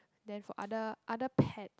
then for other other pet